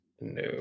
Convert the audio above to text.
no